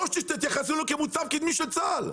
או שתתייחסו אלינו כמוצר קדמי של צה"ל.